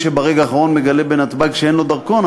שברגע האחרון מגלה בנתב"ג שאין לו דרכון,